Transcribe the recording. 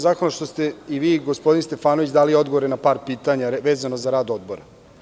Zahvalan sam što ste i vi i gospodin Stefanović dali odgovore na par pitanja vezano za rad Odbora.